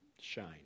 shine